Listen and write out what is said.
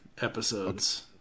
episodes